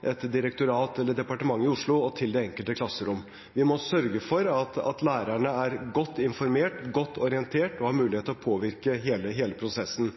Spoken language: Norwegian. et direktorat eller departement i Oslo og til det enkelte klasserom. Vi må sørge for at lærerne er godt informert, godt orientert og har mulighet til å påvirke hele prosessen.